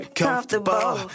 comfortable